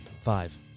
Five